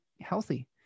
healthy